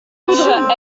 poudre